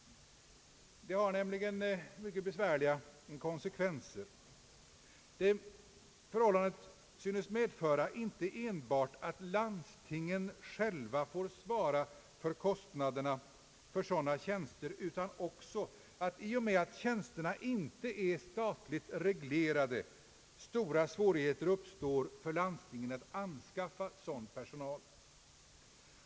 Det förhållandet att tjänsten inte är statsbidragsberättigad medför inte enbart att landstingen själva får svara för kostnaderna för sådana tjänster utan också att stora svårigheter uppstår för landstingen att anskaffa sådan personal i och med att tjänsterna icke är statligt reglerade.